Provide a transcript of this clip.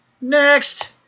Next